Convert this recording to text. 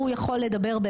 הוא יכול לדבר,